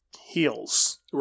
heals